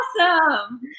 Awesome